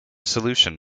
solution